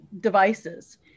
devices